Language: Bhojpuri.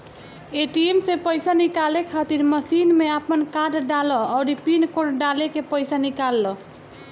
ए.टी.एम से पईसा निकाले खातिर मशीन में आपन कार्ड डालअ अउरी पिन कोड डालके पईसा निकाल लअ